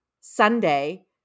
Sunday